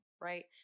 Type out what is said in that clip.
right